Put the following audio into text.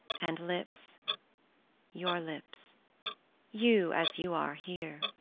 and lips your lips you as you are here.